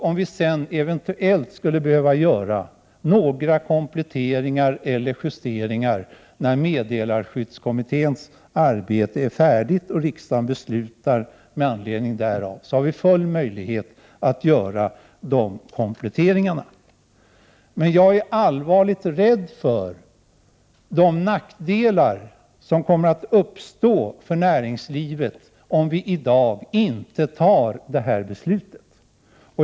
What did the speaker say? Om vi sedan eventuellt skulle behöva göra några kompletteringar eller justeringar när meddelarskyddskommittén är färdig med sitt arbete och riksdagen skall fatta beslut med anledning därav, har vi alla möjligheter att göra erforderliga kompletteringar. Jag är allvarligt rädd för de nackdelar som kommer att uppstå för näringslivet om vi i dag inte fattar detta beslut.